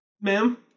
ma'am